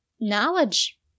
Knowledge